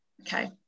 okay